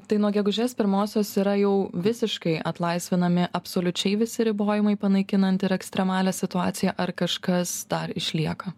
tai nuo gegužės pirmosios yra jau visiškai atlaisvinami absoliučiai visi ribojimai panaikinant ir ekstremalią situaciją ar kažkas dar išlieka